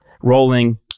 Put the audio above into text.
rolling